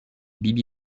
bibi